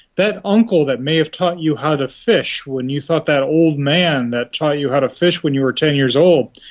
that uncle that may have taught you how to fish when you thought that old man, that taught you how to fish when you were ten years old,